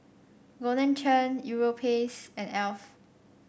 Golden Churn Europace and Alf